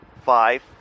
five